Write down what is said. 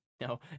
No